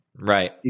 Right